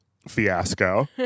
Fiasco